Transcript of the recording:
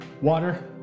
Water